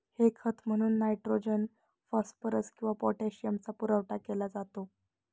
हे खत म्हणून नायट्रोजन, फॉस्फरस किंवा पोटॅशियमचा पुरवठा केला जातो